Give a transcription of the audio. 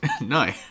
No